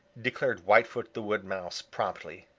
declared whitefoot the wood mouse promptly.